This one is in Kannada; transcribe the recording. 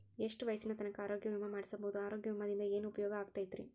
ಎಷ್ಟ ವಯಸ್ಸಿನ ತನಕ ಆರೋಗ್ಯ ವಿಮಾ ಮಾಡಸಬಹುದು ಆರೋಗ್ಯ ವಿಮಾದಿಂದ ಏನು ಉಪಯೋಗ ಆಗತೈತ್ರಿ?